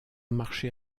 marché